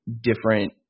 different